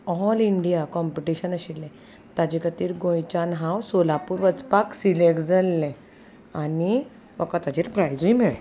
all India competition आशिल्लें ताजे खातीर गोंयच्यान हांव सोलापूर वचपाक सिलेक्ट जाल्लें आनी म्हाका ताचेर प्रायजूय मेळ्ळे